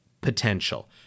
potential